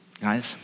Guys